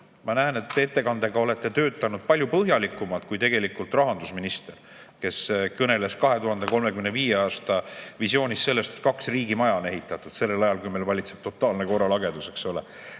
tegelikult oma ettekande kallal töötanud palju põhjalikumalt kui rahandusminister, kes kõneles oma 2035. aasta visioonis sellest, et kaks riigimaja on ehitatud – sellel ajal, kui meil valitseb totaalne korralagedus, eks ole,